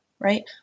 Right